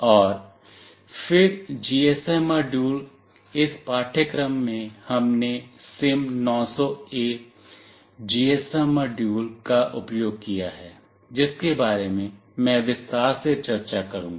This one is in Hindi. और फिर जीएसएम मॉड्यूल इस पाठ्यक्रम में हमने सिम900ए जीएसएम मॉड्यूल का उपयोग किया है जिसके बारे में मैं विस्तार से चर्चा करूंगा